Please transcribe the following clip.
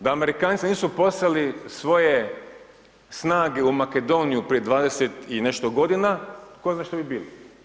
Da Amerikanci nisu poslali svoje snage u Makedoniju prije 20 i nešto godina, tko zna što bi bilo.